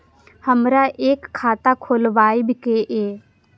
हमरा एक खाता खोलाबई के ये?